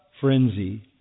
frenzy